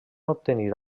obtenir